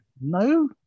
no